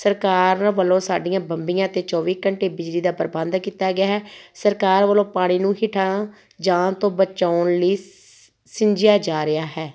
ਸਰਕਾਰ ਵੱਲੋਂ ਸਾਡੀਆਂ ਬੰਬੀਆਂ 'ਤੇ ਚੌਵੀ ਘੰਟੇ ਬਿਜਲੀ ਦਾ ਪ੍ਰਬੰਧ ਕੀਤਾ ਗਿਆ ਹੈ ਸਰਕਾਰ ਵੱਲੋਂ ਪਾਣੀ ਨੂੰ ਹੇਠਾਂ ਜਾਣ ਤੋਂ ਬਚਾਉਣ ਲਈ ਸ ਸਿੰਜਿਆ ਜਾ ਰਿਹਾ ਹੈ